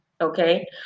Okay